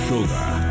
Sugar